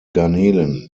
garnelen